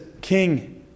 King